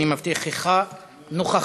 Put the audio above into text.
אני מבטיחך נכוחה,